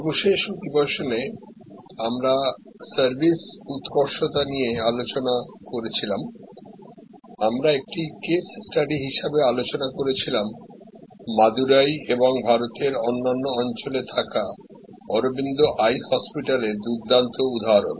সর্বশেষ সেশনে আমরা সার্ভিস উৎকর্ষতা নিয়ে আলোচনা করছিলাম আমরা একটি কেস স্টাডিহিসাবে আলোচনা করছিলাম মাদুরাই এবং ভারতের অন্যান্য অঞ্চলে থাকা অরবিন্দআইহাসপাতালেরদুর্দান্ত উদাহরণ